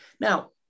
Now